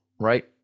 Right